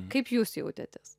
kaip jūs jautėtės